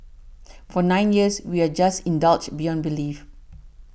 for nine years we were just indulged beyond belief